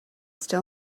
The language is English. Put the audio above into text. still